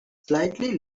slightly